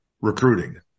recruiting